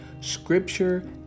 Scripture